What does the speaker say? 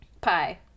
Pie